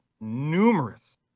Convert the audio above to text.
numerous